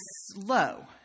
slow